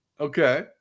Okay